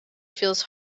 feels